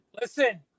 Listen